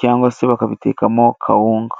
cyangwa se bakabitekamo kawunga.